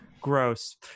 Gross